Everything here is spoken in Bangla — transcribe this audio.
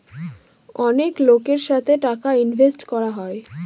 অনেক লোকের সাথে টাকা ইনভেস্ট করা হয়